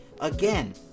Again